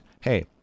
hey